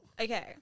Okay